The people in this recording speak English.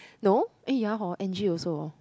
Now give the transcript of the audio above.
no eh ya hor Angie also hor